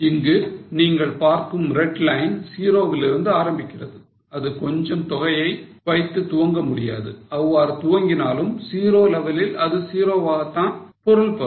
இங்கு நீங்கள் பார்க்கும் red line 0 வில் இருந்து ஆரம்பிக்கிறது அது கொஞ்சம் தொகையை வைத்து துவங்க முடியாது அவ்வாறு துவங்கினாலும் 0 லெவலில் அது 0 என்று தான் பொருள்படும்